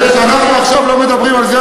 אנחנו עכשיו לא מדברים על זה,